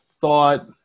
thought